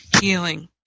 healing